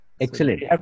Excellent